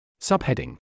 Subheading